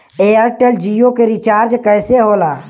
Airtel Jio के recharge कैसे होला?